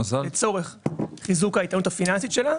לצורך חיזוק האיתנות הפיננסית שלה,